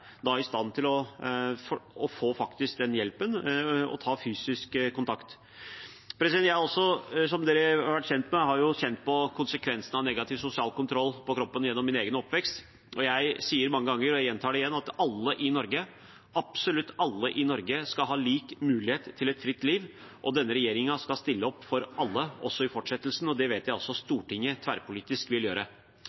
i stand til å ta fysisk kontakt og få hjelp. Jeg har jo, som dere er kjent med, selv gjennom min egen oppvekst kjent på kroppen konsekvensene av negativ sosial kontroll, og jeg har sagt mange ganger og gjentar igjen at absolutt alle i Norge skal ha lik mulighet til et fritt liv. Denne regjeringen skal stille opp for alle også i fortsettelsen, og det vet jeg